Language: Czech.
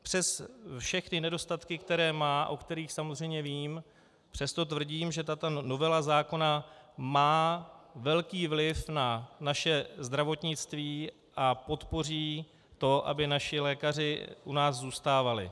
Přes všechny nedostatky, které má, o kterých samozřejmě vím, přesto tvrdím, že tato novela zákona má velký vliv na naše zdravotnictví a podpoří to, aby naši lékaři u nás zůstávali.